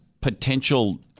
potential